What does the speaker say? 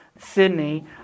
Sydney